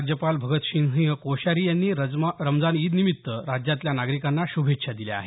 राज्यपाल भगतसिंह कोश्यारी यांनी रमजान ईदनिमित्त राज्यातल्या नागरिकांना श्रभेच्छा दिल्या आहेत